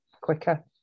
quicker